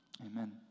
Amen